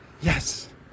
Yes